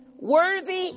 worthy